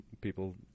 people